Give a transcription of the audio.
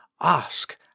Ask